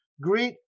Greet